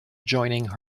joining